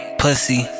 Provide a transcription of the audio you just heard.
pussy